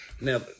Now